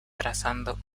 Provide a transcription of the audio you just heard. trazando